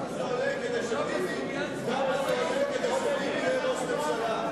כמה זה עולה כדי שביבי יהיה ראש ממשלה?